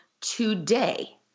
today